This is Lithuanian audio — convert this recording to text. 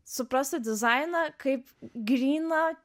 suprasti dizainą kaip gryną